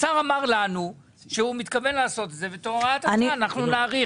השר אמר לנו שהוא מתכוון לזה ואת הוראת השעה אנחנו נאריך.